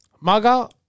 MAGA